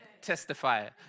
testify